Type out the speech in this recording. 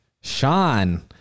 Sean